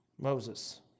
Moses